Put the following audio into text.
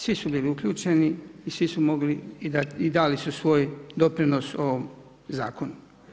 Svi su bili uključeni i svi su mogli i dali su svoj doprinos ovom zakonu.